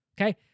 Okay